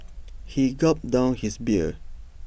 he gulped down his beer